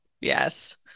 Yes